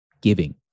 giving